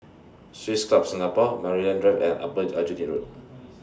Swiss Club Singapore Maryland Drive and Upper Aljunied Road